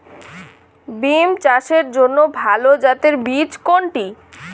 বিম চাষের জন্য ভালো জাতের বীজ কোনটি?